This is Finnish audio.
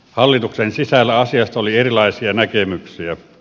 hallituksen sisällä asiasta oli erilaisia näkemyksiä